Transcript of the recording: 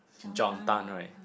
John done right